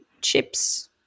chips